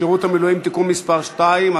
שירות המילואים (תיקון מס' 2),